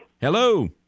Hello